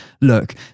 look